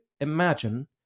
imagine